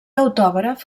autògraf